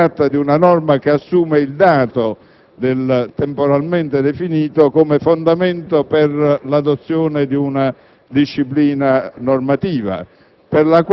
ma di una misura che assume il dato temporalmente definito come fondamento per l'adozione di una disciplina normativa,